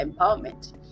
empowerment